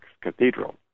Cathedral